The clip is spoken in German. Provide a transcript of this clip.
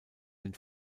den